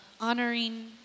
honoring